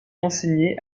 enseigner